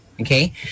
Okay